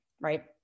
right